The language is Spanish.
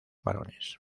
varones